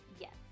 Yes